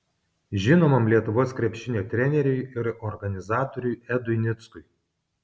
žinomam lietuvos krepšinio treneriui ir organizatoriui edui nickui